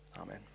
Amen